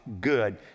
good